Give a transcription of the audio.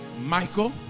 Michael